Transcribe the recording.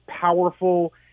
powerful